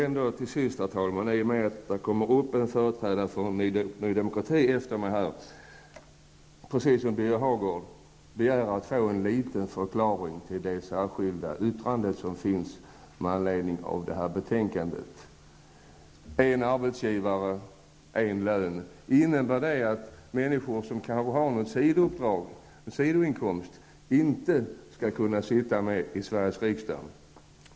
I och med att det kommer upp en företrädare för Ny Demokrati efter mig skall jag, precis som Birger Hagård, be att få en förklaring till det särskilda yttrande som finns med anledning av detta betänkande. ''En arbetsgivare, en lön'' -- innebär det att människor som har en sidoinkomst inte skall kunna vara ledamöter i Sveriges riksdag?